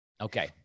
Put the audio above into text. Okay